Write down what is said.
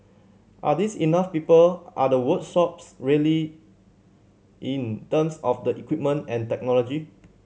are these enough people are the works sops ready in terms of the equipment and technology